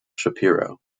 shapiro